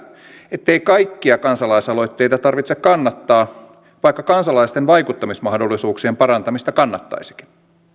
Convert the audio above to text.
ettei kaikkia kansalaisaloitteita tarvitse kannattaa vaikka kansalaisten vaikuttamismahdollisuuksien parantamista kannattaisikin